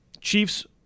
Chiefs